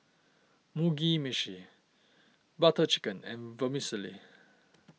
Mugi Meshi Butter Chicken and Vermicelli